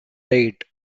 raid